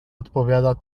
odpowiada